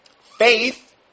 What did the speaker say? Faith